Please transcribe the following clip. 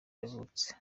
yavutse